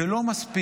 זה לא מספיק,